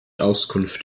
auskunft